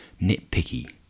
nitpicky